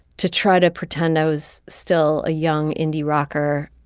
to try to pretend i was still a young indie rocker